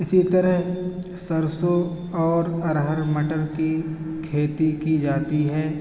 اسی طرح سرسوں اور ارہر مٹر کی کھیتی کی جاتی ہے